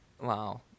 Wow